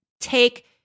take